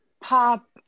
pop